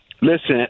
Listen